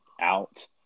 out